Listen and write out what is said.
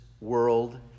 world